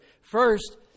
First